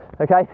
okay